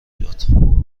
داد